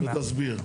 אין בעיה.